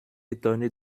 étonné